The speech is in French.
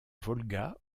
volga